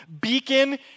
beacon